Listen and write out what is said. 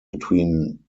between